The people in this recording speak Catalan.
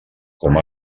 com